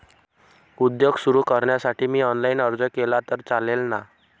उद्योग सुरु करण्यासाठी मी ऑनलाईन अर्ज केला तर चालेल ना?